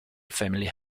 family